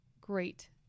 great